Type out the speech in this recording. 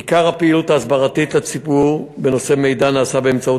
עיקר הפעילות ההסברתית לציבור בנושא מידע נעשה באמצעות